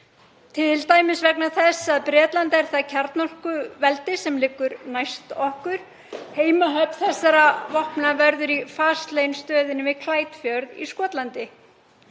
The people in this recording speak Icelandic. t.d. vegna þess að Bretland er það kjarnorkuveldi sem liggur næst okkur, heimahöfn þessara vopna verður í Faslane-stöðinni við Clyde-fjörð í Skotlandi,